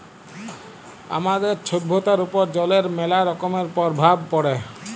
আমাদের ছভ্যতার উপর জলের ম্যালা রকমের পরভাব পড়ে